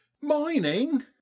mining